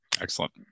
Excellent